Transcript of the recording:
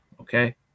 okay